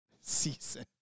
season